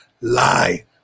lie